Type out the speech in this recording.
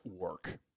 work